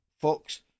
Fox